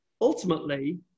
ultimately